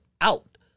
out